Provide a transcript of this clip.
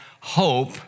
hope